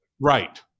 Right